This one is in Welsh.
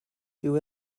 dyw